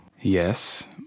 Yes